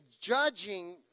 judging